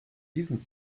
diesen